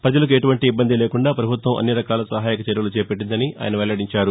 ప్రజలకు ఎటువంటి ఇబ్బంది లేకుండా పభుత్వం అన్ని రకాల సహాయక చర్యలు చేపట్లిందని ఆయన వెల్లడించారు